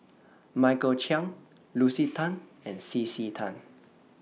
Michael Chiang Lucy Tan and C C Tan